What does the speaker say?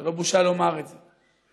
לא בושה לומר את זה,